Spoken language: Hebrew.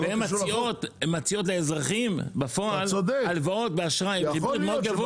מציעות לאזרחים בפועל הלוואות באשראי מאוד גבוה מאשר הבנקים.